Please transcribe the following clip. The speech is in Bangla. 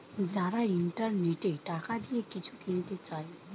যারা ইন্টারনেটে টাকা দিয়ে কিছু কিনতে চায়